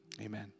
Amen